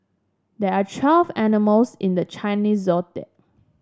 there are twelve animals in the Chinese Zodiac